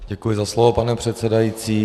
Děkuji za slovo, pane předsedající.